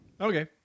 Okay